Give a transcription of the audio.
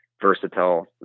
versatile